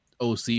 OC